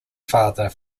father